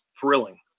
thrilling